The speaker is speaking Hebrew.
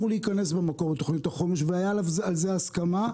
להיכנס במקור לתוכנית החומש והייתה על זה הסכמה.